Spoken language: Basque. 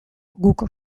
guk